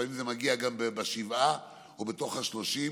לפעמים זה מגיע גם בשבעה או בתוך השלושים,